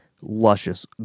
luscious